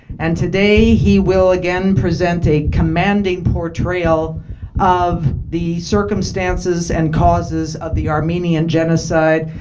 and today, he will, again, present a commanding portrayal of the circumstances and causes of the armenian genocide,